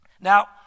Now